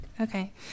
Okay